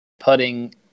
putting